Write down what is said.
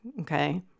Okay